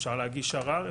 אפשר להגיש ערר.